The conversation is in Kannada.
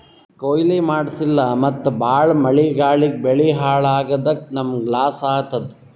ಕೊಯ್ಲಿ ಮಾಡ್ಸಿಲ್ಲ ಮತ್ತ್ ಭಾಳ್ ಮಳಿ ಗಾಳಿಗ್ ಬೆಳಿ ಹಾಳ್ ಆಗಾದಕ್ಕ್ ನಮ್ಮ್ಗ್ ಲಾಸ್ ಆತದ್